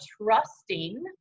trusting